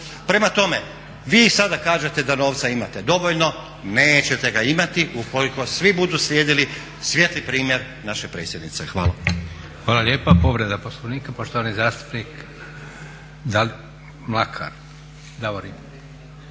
Prema tome, vi sada kažete da novca imate dovoljno, nećete ga imati ukoliko svi budu slijedili svijetli primjer naše predsjednice. Hvala. **Leko, Josip (SDP)** Hvala lijepa. Povreda Poslovnika poštovani zastupnik Davorin